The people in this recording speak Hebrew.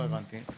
לא הבנתי.